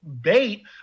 bait